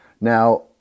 now